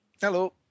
Hello